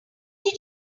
did